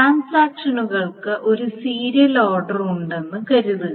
ട്രാൻസാക്ഷനുകൾക്ക് ഒരു serial order ഉണ്ടെന്ന് കരുതുക